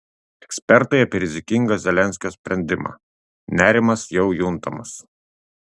ekspertai apie rizikingą zelenskio sprendimą nerimas jau juntamas